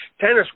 Tennis